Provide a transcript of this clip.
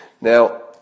Now